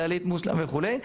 כללית מושלם וכו',